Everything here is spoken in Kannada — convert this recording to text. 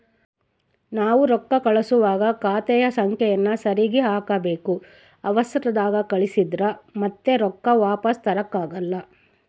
ನಾವು ರೊಕ್ಕ ಕಳುಸುವಾಗ ಖಾತೆಯ ಸಂಖ್ಯೆಯನ್ನ ಸರಿಗಿ ಹಾಕಬೇಕು, ಅವರ್ಸದಾಗ ಕಳಿಸಿದ್ರ ಮತ್ತೆ ರೊಕ್ಕ ವಾಪಸ್ಸು ತರಕಾಗಲ್ಲ